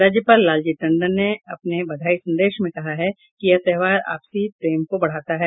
राज्यपाल लालजी टंडन ने अपने बधाई संदेश में कहा है कि यह त्योहार आपसी प्रेम को बढ़ाता है